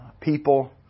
people